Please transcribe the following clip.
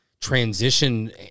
transition